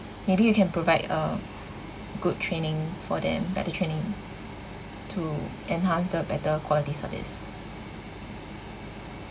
maybe you can provide a good training for them like the training to enhance the better quality service